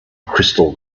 crystal